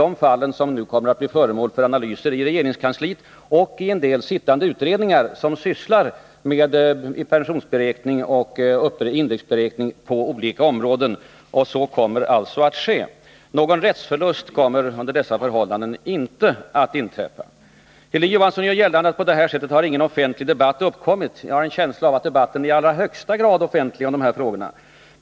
Dessa fall kommer nu att bli föremål för analyser i regeringens kansli och i en del sittande utredningar, som på olika områden sysslar med pensionsberäkning och indexberäkning. Någon rättsförlust kommer under dessa förhållanden inte att inträffa. Hilding Johansson gjorde gällande att det på detta område inte har blivit någon offentlig debatt. Jag har emellertid en känsla av att debatten blivit i allra högsta grad offentlig.